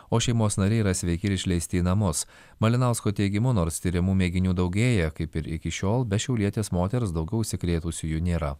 o šeimos nariai yra sveiki ir išleisti į namus malinausko teigimu nors tyrimų mėginių daugėja kaip ir iki šiol be šiaulietės moters daugiau užsikrėtusiųjų nėra